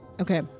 Okay